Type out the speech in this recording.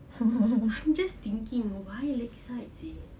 I'm just thinking why lakeside